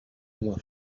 uma